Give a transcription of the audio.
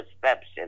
perception